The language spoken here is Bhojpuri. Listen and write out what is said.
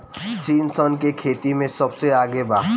चीन सन के खेती में सबसे आगे बा